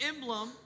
emblem